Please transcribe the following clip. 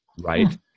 Right